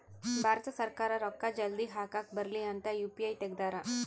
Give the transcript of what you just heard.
ಭಾರತ ಸರ್ಕಾರ ರೂಕ್ಕ ಜಲ್ದೀ ಹಾಕಕ್ ಬರಲಿ ಅಂತ ಯು.ಪಿ.ಐ ತೆಗ್ದಾರ